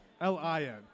L-I-N